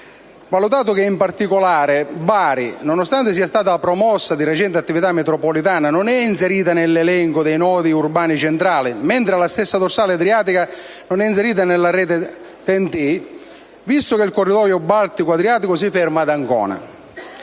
valutato in particolare che Bari, nonostante sia stata promossa di recente città metropolitana, non è inserita nell'elenco dei nodi urbani centrali, mentre la stessa dorsale adriatica non è inserita nella rete Ten-t, Trans-european transport network, visto che il corridoio Baltico-Adriatico si ferma ad Ancona;